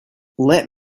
let